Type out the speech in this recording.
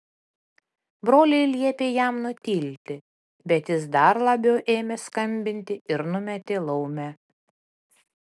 broliai liepė jam nutilti bet jis dar labiau ėmė skambinti ir numetė laumę